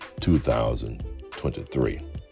2023